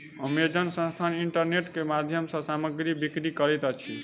Amazon संस्थान internet के माध्यम सॅ सामग्री बिक्री करैत अछि